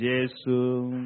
Jesus